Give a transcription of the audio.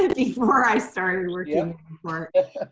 ah before i started working for